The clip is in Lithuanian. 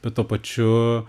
bet tuo pačiu